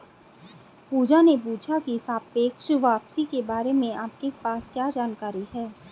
पूजा ने पूछा की सापेक्ष वापसी के बारे में आपके पास क्या जानकारी है?